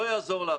לא יעזור לך.